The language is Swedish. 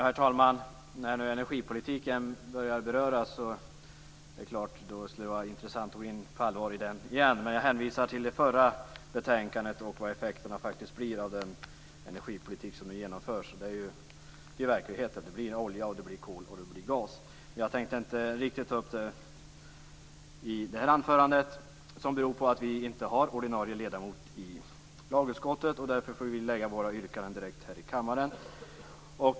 Herr talman! När nu energipolitiken börjar beröras är det klart att det skulle vara intressant att gå in på allvar i den igen. Men jag hänvisar till det förra betänkandet och till vad effekterna faktiskt blir av den energipolitik som nu genomförs. Det är ju verkligheten. Det blir olja, det blir kol och det blir gas. Men jag tänkte inte riktigt ta upp detta i det här anförandet - som beror på att vi inte har ordinarie ledamot i lagutskottet. Därför får vi lägga fram våra yrkanden direkt här i kammaren.